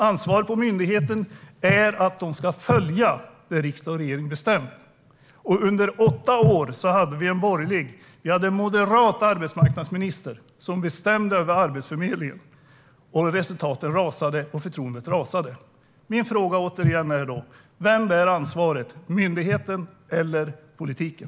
Ansvaret på myndigheterna är att de ska följa det som riksdag och regering bestämt. Under åtta år hade vi en moderat arbetsmarknadsminister som bestämde över Arbetsförmedlingen, och resultaten och förtroendet rasade. Min fråga är återigen: Vem bär ansvaret - myndigheten eller politiken?